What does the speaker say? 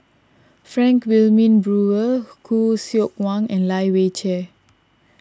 Frank Wilmin Brewer Khoo Seok Wan and Lai Weijie